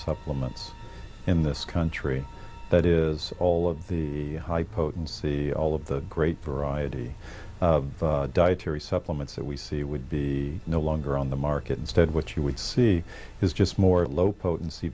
supplements in this country that is all of the high potency all of the great variety of dietary supplements that we see would be no longer on the market instead what you would see is just more low potency